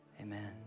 amen